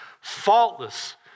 Faultless